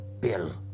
bill